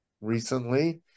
recently